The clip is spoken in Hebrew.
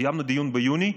קיימנו דיון ביוני,